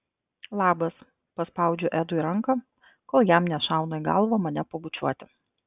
labas paspaudžiu edui ranką kol jam nešauna į galvą mane pabučiuoti